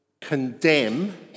condemn